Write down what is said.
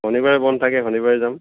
শনিবাৰে বন্ধ থাকে শনিবাৰে যাম